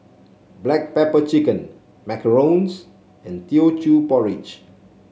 Black Pepper Chicken Macarons and Teochew Porridge